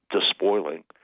despoiling